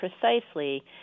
precisely